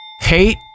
Hate